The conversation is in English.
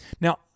Now